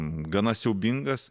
gana siaubingas